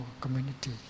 community